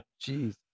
jeez